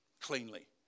cleanly